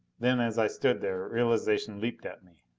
then, as i stood there, realization leaped at me.